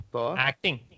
Acting